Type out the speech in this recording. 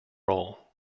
role